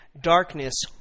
Darkness